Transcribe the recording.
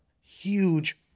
huge